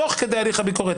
תוך כדי הליך הביקורת,